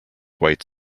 white